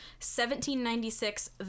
1796